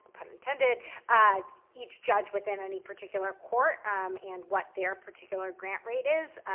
pun intended each judge within any particular court and what their particular grant rate is,